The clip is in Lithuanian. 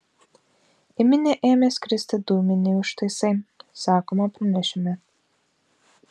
į minią ėmė skristi dūminiai užtaisai sakoma pranešime